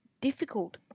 difficult